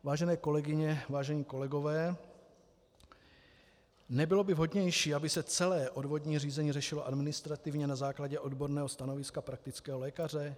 Vážené kolegyně, vážení kolegové, nebylo by vhodnější, aby se celé odvodní řízení řešilo administrativně na základě odborného stanoviska praktického lékaře?